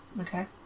okay